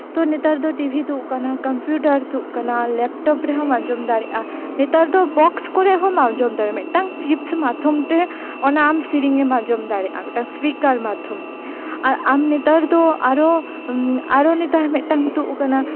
ᱛᱳ ᱱᱮᱛᱟᱨ ᱫᱚ ᱴᱤᱵᱷᱤ ᱛᱩᱫ ᱠᱟᱱᱟ ᱠᱚᱢᱯᱤᱭᱩᱴᱟᱨ ᱛᱩᱫ ᱠᱟᱱᱟ ᱞᱮᱯᱴᱚᱯ ᱨᱮᱦᱚᱸᱢ ᱟᱸᱡᱚᱢ ᱫᱟᱲᱮᱜᱼᱟ ᱱᱮᱛᱟᱨ ᱫᱚ ᱵᱚᱠᱥ ᱠᱚᱨᱮ ᱦᱚᱸᱢ ᱟᱸᱡᱚᱢ ᱫᱟᱲᱮᱭᱟᱜᱼᱟ ᱢᱤᱫᱴᱟᱝ ᱪᱤᱯᱥ ᱢᱟᱫᱽᱫᱷᱚᱢ ᱛᱮ ᱚᱱᱟ ᱟᱢ ᱥᱮᱨᱮᱧ ᱮᱢ ᱟᱸᱡᱚᱢ ᱫᱟᱲᱮᱜᱼᱟ ᱢᱤᱫᱴᱟᱝ ᱥᱯᱤᱠᱟᱨ ᱢᱟᱫᱽᱫᱷᱚᱢ ᱛᱮ ᱟᱨ ᱟᱢ ᱱᱮᱛᱟᱨ ᱫᱚ ᱟᱨᱚ ᱟᱨᱚ ᱱᱮᱛᱟᱨ ᱢᱤᱫᱴᱟᱱ ᱛᱩᱫ ᱠᱟᱱᱟ